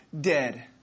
dead